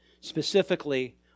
specifically